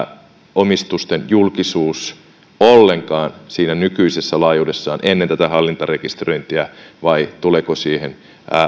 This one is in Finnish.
omistusten julkisuus ollenkaan siinä nykyisessä laajuudessaan ennen tätä hallintarekisteröintiä vai tuleeko siihen